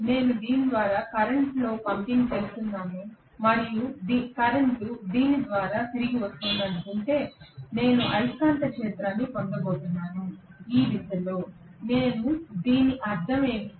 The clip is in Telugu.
నేను దీని ద్వారా కరెంట్లో పంపింగ్ చేస్తున్నానని మరియు కరెంట్ దీని ద్వారా తిరిగి వస్తోందని అనుకుంటే నేను అయస్కాంత క్షేత్రాన్ని పొందబోతున్నాను ఈ దిశలో నేను దీని అర్థం ఏమిటి